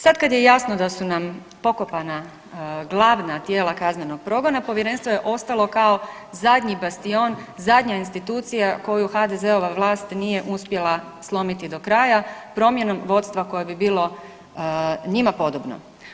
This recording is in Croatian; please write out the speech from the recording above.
Sad kada je jasno da su nam pokopana glavna tijela kaznenog progona Povjerenstvo je ostalo kao zadnji bastion, zadnja institucija koju HDZ-ova vlast nije uspjela slomiti do kraja promjenom vodstva koje bi bilo njima podobno.